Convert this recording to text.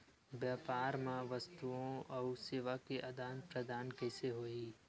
व्यापार मा वस्तुओ अउ सेवा के आदान प्रदान कइसे होही?